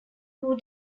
who